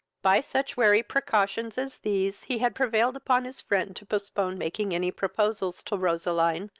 by such wary precautions as these he had prevailed upon his friend to postpone making any proposals to roseline,